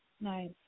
Nice